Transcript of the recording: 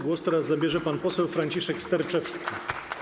Głos teraz zabierze pan poseł Franciszek Sterczewski.